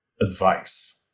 advice